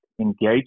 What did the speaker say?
Engage